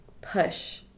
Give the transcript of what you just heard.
push